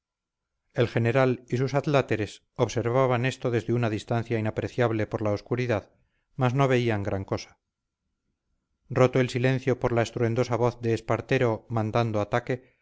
el general y sus adláteres observaban esto desde una distancia inapreciable por la obscuridad mas no veían gran cosa roto el silencio por la estruendosa voz de espartero mandando ataque